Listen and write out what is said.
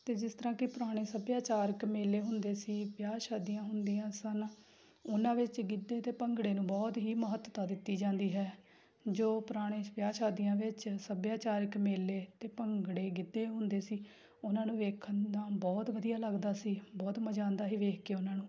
ਅਤੇ ਜਿਸ ਤਰ੍ਹਾਂ ਕਿ ਪੁਰਾਣੇ ਸੱਭਿਆਚਾਰਕ ਮੇਲੇ ਹੁੰਦੇ ਸੀ ਵਿਆਹ ਸ਼ਾਦੀਆਂ ਹੁੰਦੀਆਂ ਸਨ ਉਹਨਾਂ ਵਿੱਚ ਗਿੱਧੇ ਅਤੇ ਭੰਗੜੇ ਨੂੰ ਬਹੁਤ ਹੀ ਮਹੱਤਤਾ ਦਿੱਤੀ ਜਾਂਦੀ ਹੈ ਜੋ ਪੁਰਾਣੇ ਵਿਆਹ ਸ਼ਾਦੀਆਂ ਵਿੱਚ ਸੱਭਿਆਚਾਰਕ ਮੇਲੇ ਅਤੇ ਭੰਗੜੇ ਗਿੱਧੇ ਹੁੰਦੇ ਸੀ ਉਹਨਾਂ ਨੂੰ ਵੇਖਣ ਨਾਲ ਬਹੁਤ ਵਧੀਆ ਲੱਗਦਾ ਸੀ ਬਹੁਤ ਮਜ਼ਾ ਆਉਂਦਾ ਸੀ ਵੇਖ ਕੇ ਉਹਨਾਂ ਨੂੰ